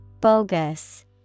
Bogus